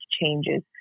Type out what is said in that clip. changes